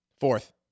fourth